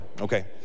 Okay